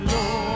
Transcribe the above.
Lord